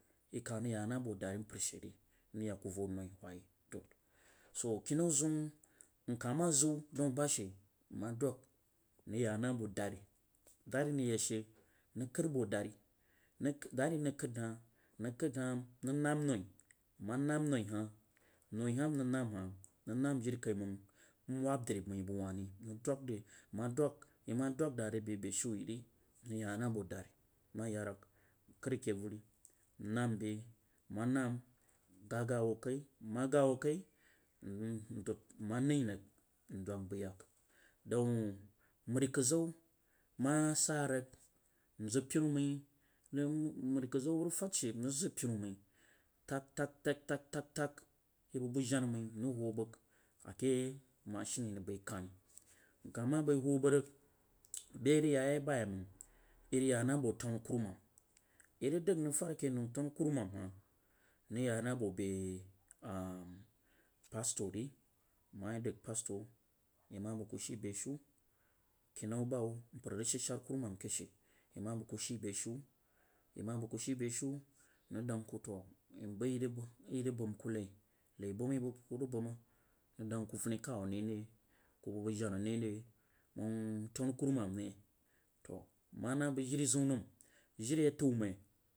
Yeh kah rig yah na ba dari mpar she ri nrig yek ku ba noi wuh, to kenau zem ama zin dau ba she nma dang nrig yah na bu dari dari nrig yak she nrig kad bo daru nm daru nrig kad hah nrig kad hah nrig nam noi nma nam noi hah noi hah nrig nam hah nrig nam jirikaimag nwab dari mai bak wah ri ndag di mma dang yeh ma dang rig nkad a keh dari nnam bei, ama nam ngaga wuh kai nnma gagawuh kai mm dang nma nai rig ndang nbai yek deu mari zaw ma sah rig nzam penu mai mm maridda zaw rig fad shi nrig zang penu mai tag tag tag fag bubang jana mai nrig wuh bang a keh mashin a yeh rig, bai kani nkah ma bai wuh bang rig be a yeh rig yah yeh ba yeh mang yeh rig yah na ba tanukurumaan yeh rig dang nrig fad keh nau yanu kuruman ha nrig yah na ba bei am pastor yeh ma bang ku shi be shu koi ba wub mpar a rig shanser kuruman keh she yeh ma bang ku shi bushu, yeh ma bang kushi beshi nrig dang ku to nbai rig a yeh rig bam ku lai. Lai bam a yeh buku rig bama nrig dang ku funi kaw ne re kam bang banf jana ne ri, mang tamkuruman ne to nma na bang diri jiu nam yiri a taw mni.